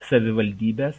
savivaldybės